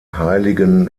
heiligen